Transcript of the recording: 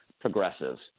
progressives